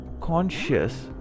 conscious